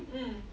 eh